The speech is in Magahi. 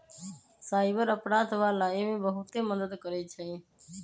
साइबर अपराध वाला एमे बहुते मदद करई छई